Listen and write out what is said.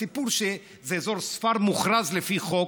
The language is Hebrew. הסיפור הוא שזה אזור ספר מוכרז לפי חוק,